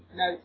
no